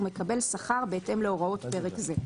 ומקבל שכר בהתאם להוראות פרק זה.".